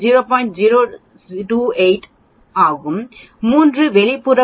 0028 ஆகும் 3 வெளி பகுதி 0